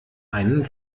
einen